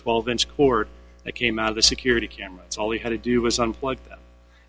twelve inch court that came out of the security cam it's all he had to do was unplugged